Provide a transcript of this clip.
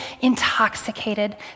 intoxicated